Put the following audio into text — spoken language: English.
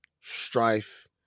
strife